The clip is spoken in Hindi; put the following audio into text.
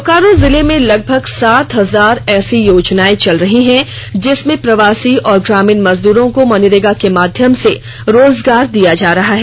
बोकारो जिले में लगभग सात हजार ऐसी योजनाएं चल रही है जिसमें प्रवासी और ग्रामीण मजदूरों को मनरेगा के माध्यम से रोजगार दिया जा रहा है